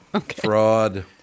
Fraud